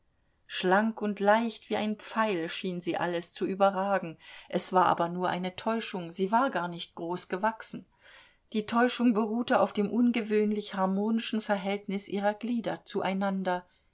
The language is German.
schlank und leicht wie ein pfeil schien sie alles zu überragen es war aber nur eine täuschung sie war gar nicht groß gewachsen die täuschung beruhte auf dem ungewöhnlich harmonischen verhältnis ihrer glieder zueinander